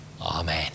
Amen